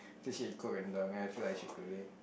think she cook rendang then I feel like she cooked it